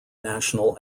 national